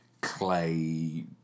clay